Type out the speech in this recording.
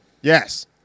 Yes